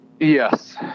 Yes